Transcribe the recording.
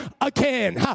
again